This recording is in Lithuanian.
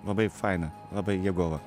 labai faina labai jėgova